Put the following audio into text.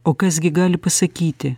o kas gi gali pasakyti